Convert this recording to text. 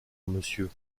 monsieur